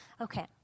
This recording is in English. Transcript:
Okay